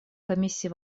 комиссии